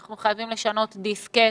אנחנו חייבים לשנות דיסקט.